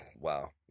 wow